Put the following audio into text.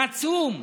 נצום,